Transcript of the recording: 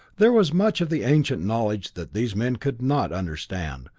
there was much of the ancient knowledge that these men could not understand,